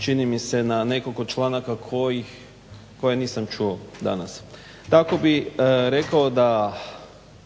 čini mi se na nekoliko članaka koje nisam čuo danas. Tako bih rekao da